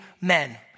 men